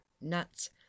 nuts